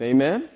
Amen